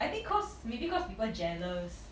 I think because maybe because people jealous